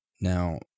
Now